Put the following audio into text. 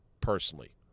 personally